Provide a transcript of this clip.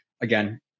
again